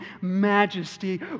majesty